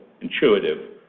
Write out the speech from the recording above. intuitive